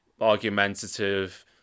argumentative